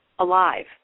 alive